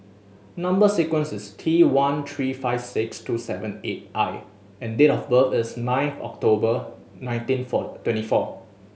number sequence is T one three five six two seven eight I and date of birth is ninth October nineteen four twenty four